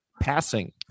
Passing